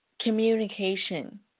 communication